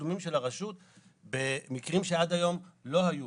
תשלומים של הרשות במקרים שעד היום לא היו.